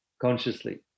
consciously